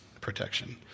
protection